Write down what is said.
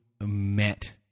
met